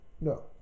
No